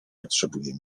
potrzebuje